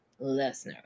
Lesnar